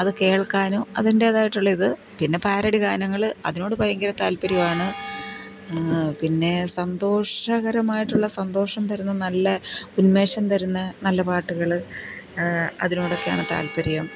അത് കേൾക്കാനും അതിൻറേതായിട്ടുള്ളയിത് പിന്നെ പാരഡി ഗാനങ്ങൾ അതിനോട് ഭയങ്കര താൽപ്പര്യമാണ് പിന്നെ സന്തോഷകരമായിട്ടുള്ള സന്തോഷം തരുന്ന നല്ല ഉന്മേഷം തരുന്ന നല്ല പാട്ടുകൾ അതിനോടൊക്കെയാണ് താൽപ്പര്യം